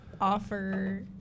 Offer